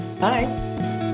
Bye